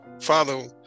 Father